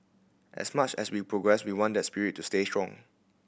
as much as we progress we want that spirit to stay strong